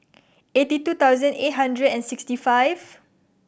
eighty two thousand eight hundred and sixty five